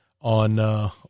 on